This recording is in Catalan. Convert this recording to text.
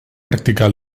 practicar